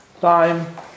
time